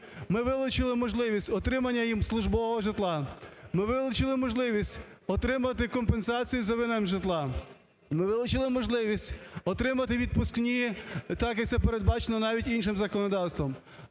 ми вилучили можливість отримання їм службового житла. Ми вилучили можливість отримати компенсації за винайм житла. Ми вилучили можливість отримати відпускні, так я це передбачено навіть іншим законодавством.